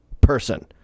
person